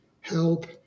help